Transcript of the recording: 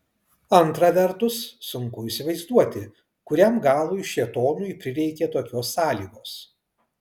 antra vertus sunku įsivaizduoti kuriam galui šėtonui prireikė tokios sąlygos